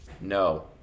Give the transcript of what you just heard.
No